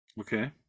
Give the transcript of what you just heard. Okay